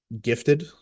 gifted